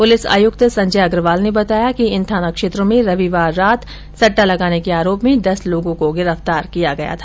police आयुक्त संजय अग्रवाल ने बताया कि इन थाना क्षेत्रों में रविवार रात सद्दा लगाने के आरोप में दस लोगों को गिरफ्तार किया गया था